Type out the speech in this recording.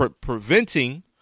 preventing